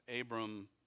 Abram